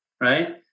Right